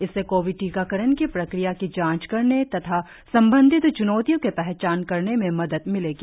इससे कोविड टीकाकरण की प्रक्रिया की जांच करने तथा संबंधित च्नौतियों की पहचान करने में मदद मिलेगी